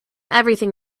everything